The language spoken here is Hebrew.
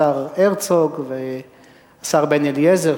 השר הרצוג והשר בן-אליעזר,